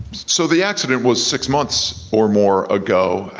so the accident was six months or more ago.